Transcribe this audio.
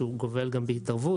שגובל גם בהתערבות.